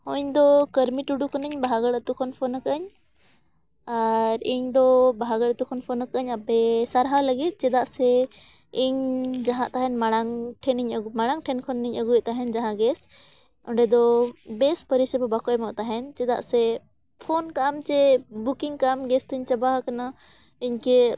ᱦᱚᱭ ᱤᱧᱫᱚ ᱠᱟᱹᱨᱢᱤ ᱴᱩᱰᱩ ᱠᱟᱹᱱᱟᱹᱧ ᱵᱟᱦᱟ ᱜᱟᱲ ᱟᱛᱳ ᱠᱷᱚᱱ ᱯᱷᱳᱱ ᱟᱠᱟᱫᱟᱹᱧ ᱟᱨ ᱤᱧᱫᱚ ᱵᱟᱦᱟ ᱜᱟᱲ ᱠᱷᱚᱱ ᱯᱷᱳᱱ ᱟᱠᱟᱫᱟᱹᱧ ᱟᱯᱮ ᱥᱟᱨᱦᱟᱣ ᱞᱟᱹᱜᱤᱫ ᱪᱮᱫᱟᱜ ᱥᱮ ᱤᱧ ᱡᱟᱦᱟᱸ ᱛᱟᱦᱮᱱ ᱢᱟᱲᱟᱝ ᱴᱷᱮᱱᱤᱧ ᱢᱟᱲᱟᱝ ᱴᱷᱮᱱ ᱠᱷᱚᱱᱤᱧ ᱟᱹᱜᱩᱭᱮᱫ ᱛᱟᱦᱮᱱ ᱡᱟᱦᱟᱸ ᱜᱮᱥ ᱚᱸᱰᱮ ᱫᱚ ᱵᱮᱥ ᱯᱚᱨᱤᱥᱮᱵᱟ ᱵᱟᱠᱚ ᱮᱢᱚᱜ ᱛᱟᱦᱮᱱ ᱪᱮᱫᱟᱜ ᱥᱮ ᱯᱷᱳᱱ ᱠᱟᱜ ᱟᱢ ᱡᱮ ᱵᱩᱠᱤᱝ ᱠᱟᱜ ᱟᱢ ᱜᱮᱥ ᱛᱤᱧ ᱪᱟᱵᱟ ᱟᱠᱟᱱᱟ ᱤᱧ ᱠᱮ